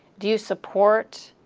do you support,